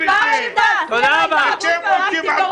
נגדכם, שאתם אנשי המקצוע